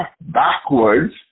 backwards